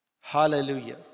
hallelujah